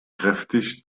kräftig